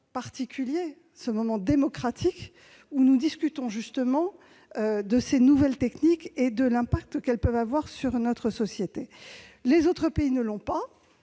démocratique, où nous discutons de ces nouvelles techniques et de l'impact qu'elles peuvent avoir sur notre société. Les autres pays n'ont pas